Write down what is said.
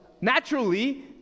naturally